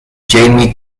jamie